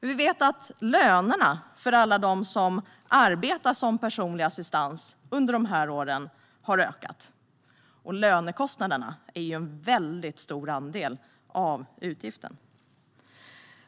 Vi vet att lönerna för alla som arbetar som personlig assistent har ökat under åren, och lönekostnaderna är en mycket stor andel av utgiften.